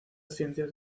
ciencias